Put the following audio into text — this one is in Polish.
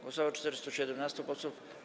Głosowało 417 posłów.